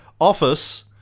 office